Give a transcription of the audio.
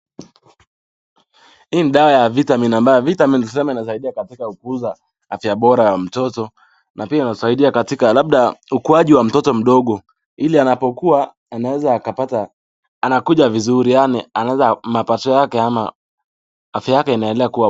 Hii ni dawa ya vitamin ambayo vitamin ilisema inasaidia katika kukuza afya bora ya mtoto na pia inasaidia katika labda ukuaji wa mtoto mdogo ili anapokua anaeza akapata anakuja vizuri yaani anaeza mapato yake ama afya yake inaendelea kuwa bora.